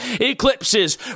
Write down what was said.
eclipses